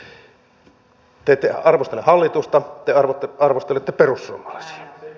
te ette arvostele hallitusta te arvostelette perussuomalaisia